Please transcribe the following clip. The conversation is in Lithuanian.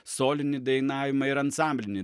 solinį dainavimą ir ansamblinį